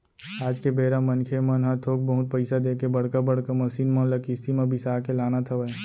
आज के बेरा मनखे मन ह थोक बहुत पइसा देके बड़का बड़का मसीन मन ल किस्ती म बिसा के लानत हवय